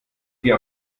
dir